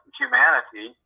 humanity